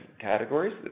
categories